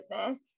business